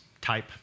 type